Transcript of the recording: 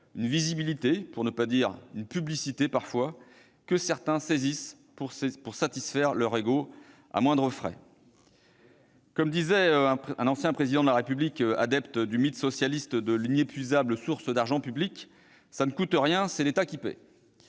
une visibilité, pour ne pas dire une publicité, que certains saisissent pour satisfaire leur ego à moindres frais. Comme le disait un ancien Président de la République, adepte du mythe socialiste de l'inépuisable source d'argent public, « ça ne coûte rien, c'est l'État qui paie